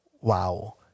wow